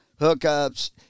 hookups